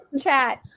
chat